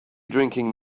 drinking